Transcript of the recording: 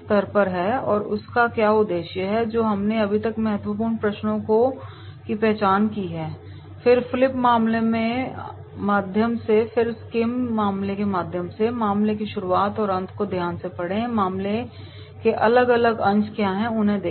स्तर पर है तो उसका क्या उद्देश्य हैं जो हमने अभी तक महत्वपूर्ण प्रश्नों की पहचान की है फिर फ्लिप मामले के माध्यम से फिर स्किम से मामले को पढ़ा मामले की शुरुआत और अंत को ध्यान से पढ़ें मामले के अलग अलग अंश क्या हैं उन्हें देखें